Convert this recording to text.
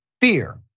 fear